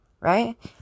right